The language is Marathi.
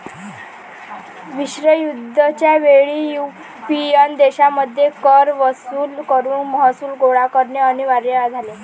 विश्वयुद्ध च्या वेळी युरोपियन देशांमध्ये कर वसूल करून महसूल गोळा करणे अनिवार्य झाले